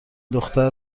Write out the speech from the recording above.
دختر